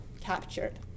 captured